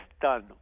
done